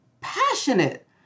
passionate